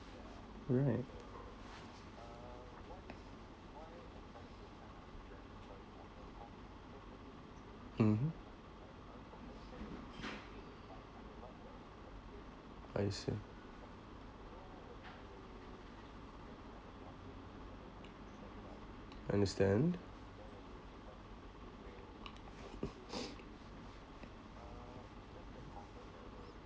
right mmhmm I see understand